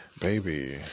Baby